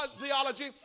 theology